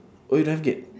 oh you don't have gate